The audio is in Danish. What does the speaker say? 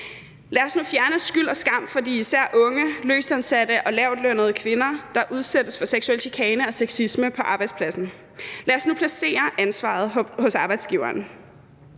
Lad os nu fjerne skyld og skam for især de unge løstansatte og lavtlønnede kvinder, der udsættes for seksuel chikane og sexisme på arbejdspladsen. Lad os nu placere ansvaret hos arbejdsgiveren.